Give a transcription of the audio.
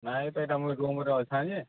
ନାଇଁ ଏଟା ତ ମୋର ରୁମ୍ରେ ଅଛି ଯେ